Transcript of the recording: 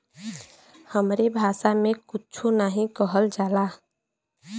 हमरे भासा मे कुच्छो नाहीं कहल जाला